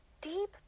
deep